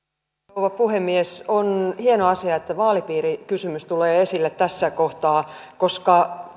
rouva puhemies on hieno asia että vaalipiirikysymys tulee esille tässä kohtaa koska